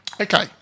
Okay